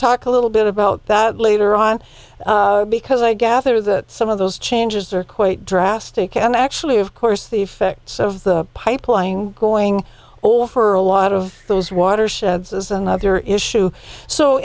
talk a little bit about that later on because i gather that some of those changes are quite drastic and actually of course the effects of the pipeline going all for a lot of those watersheds is another issue so